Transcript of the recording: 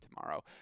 tomorrow